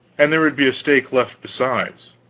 and there would be a stake left besides.